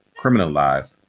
criminalized